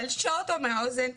תלשה אותו מהאוזן,